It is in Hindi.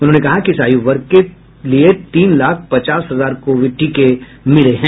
उन्होंने कहा कि इस आयु वर्ग के लिए तीन लाख पचास हजार कोविड टीके मिले हैं